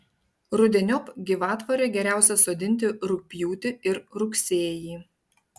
rudeniop gyvatvorę geriausia sodinti rugpjūtį ir rugsėjį